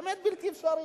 באמת בלתי אפשרי.